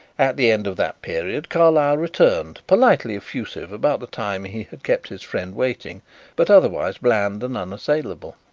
at the end of that period carlyle returned, politely effusive about the time he had kept his friend waiting but otherwise bland and unassailable.